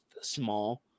small